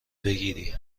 بگیری